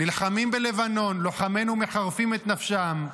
נלחמים בלבנון, לוחמינו מחרפים את נפשם,